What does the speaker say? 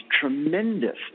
tremendous